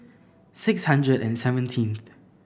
six hundred and seventeenth